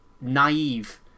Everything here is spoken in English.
naive